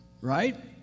right